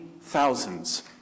thousands